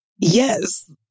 yes